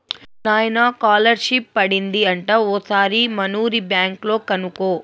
నాయనా కాలర్షిప్ పడింది అంట ఓసారి మనూరి బ్యాంక్ లో కనుకో